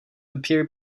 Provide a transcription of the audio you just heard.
appear